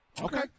Okay